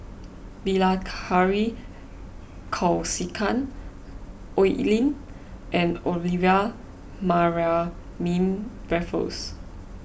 Bilahari Kausikan Oi Lin and Olivia Mariamne Raffles